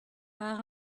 par